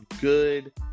good